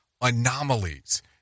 anomalies